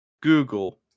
google